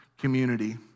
community